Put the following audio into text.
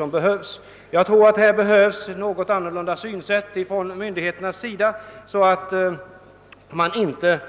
Här behövs ett helt annat synsätt från myndigheterna; man bör inte